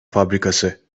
fabrikası